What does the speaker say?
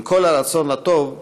עם כל הרצון הטוב,